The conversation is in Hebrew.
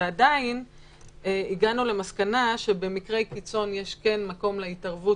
ועדיין הגענו למסקנה שבמקרי קיצון יש כן מקום להתערבות